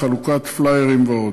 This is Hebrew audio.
חלוקת פלאיירים ועוד.